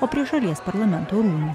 o prie šalies parlamento rūmų